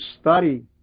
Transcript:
study